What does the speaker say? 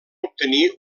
obtenir